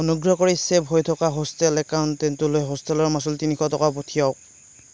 অনুগ্ৰহ কৰি চে'ভ হৈ থকা হোষ্টেল একাউণ্টটোলৈ হোষ্টেল মাচুল তিনিশ টকা পঠিয়াওক